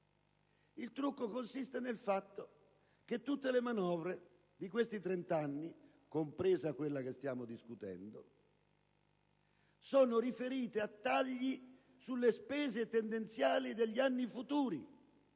Il trucco consiste nel fatto che tutte le manovre di questi trent'anni - compresa quella che stiamo discutendo - sono riferite a tagli sulle spese tendenziali degli anni futuri,